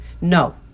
no